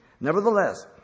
Nevertheless